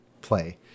play